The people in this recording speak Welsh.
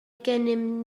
gennym